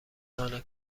نان